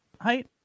height